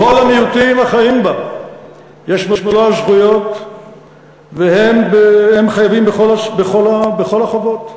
לכל המיעוטים החיים בה יש מלוא הזכויות והם חייבים בכל החובות.